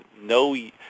no